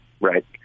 right